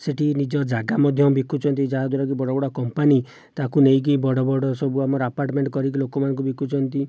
ସେଠି ନିଜ ଜାଗା ମଧ୍ୟ ବିକୁଛନ୍ତି ଯାହାଦ୍ୱାରାକି ବଡ଼ ବଡ଼ କମ୍ପାନୀ ତାକୁ ନେଇକି ବଡ଼ ବଡ଼ ସବୁ ଆମର ଆପାର୍ଟମେଣ୍ଟ କରିକି ଲୋକମାନଙ୍କୁ ବିକୁଛନ୍ତି